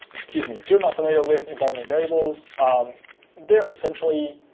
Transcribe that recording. excuse me, if you're not familiar with environment variables, um they're essentially,